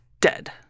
dead